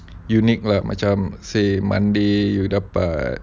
unique ah macam set monday you dapat